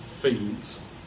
feeds